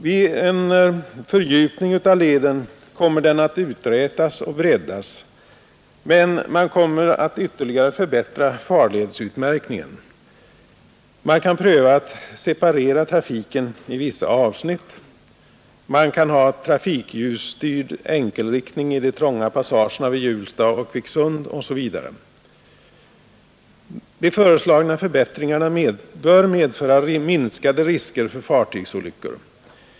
Vid en fördjupning av leden kommer den att uträtas och breddas, men man kommer också att ytterligare förbättra farledsutmärkningen. Man kan pröva att separera trafiken i vissa avsnitt, man kan ha trafikljusstyrd enkelriktning i de trånga passagerna vid Hjulsta och Kvicksund osv. De föreslagna förbättringarna bör medföra minskade risker för fartygsolyckor.